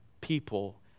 people